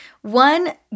One